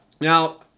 now